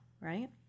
right